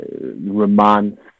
romance